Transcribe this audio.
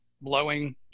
blowing